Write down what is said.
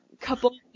couple